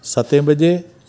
सते बजे